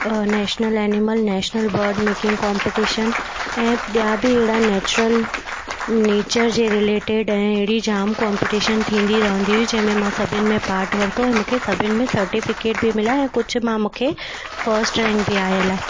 national animal national bird making competition ऐं ॿिया बि अहिड़ा नैचुरल नेचर जे रिलेटेड ऐं अहिड़ी जाम कॉम्पिटिशन थींदी रहंदी हुई जंहिं में मां सभिनी में पार्ट वरितो ऐं मूंखे सभिनी में सर्टिफ़िकेट बि मिला ऐं कुझु मां मूंखे फ़स्ट रैंक बि आयल आहे